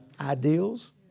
ideals